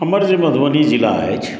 हमर जे मधुबनी जिला अछि